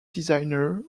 designer